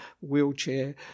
wheelchair